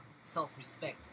self-respect